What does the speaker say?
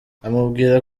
amubwira